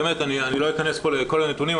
אני לא אכנס כאן לכל הנתונים,